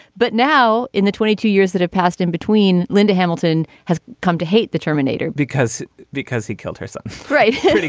but now in the twenty two years that have passed in between linda hamilton has come to hate the terminator because because he killed her son right